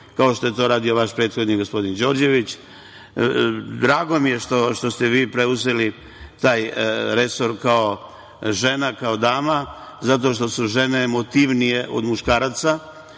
kao što je to radio vaš prethodni gospodin Đorđević. Drago mi je što ste vi preuzeli taj resor kao žena, kao dama, zato što su žene emotivnije od muškaraca